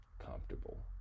comfortable